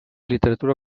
literatura